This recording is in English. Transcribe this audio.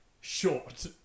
short